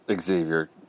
Xavier